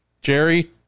jerry